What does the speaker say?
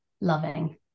loving